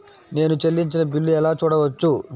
నేను చెల్లించిన బిల్లు ఎలా చూడవచ్చు?